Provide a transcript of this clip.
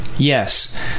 Yes